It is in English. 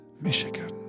Michigan